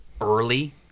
early